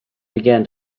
began